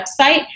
website